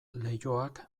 leioak